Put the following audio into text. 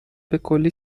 بکلی